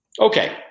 okay